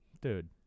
Dude